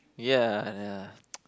ya ya